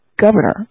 governor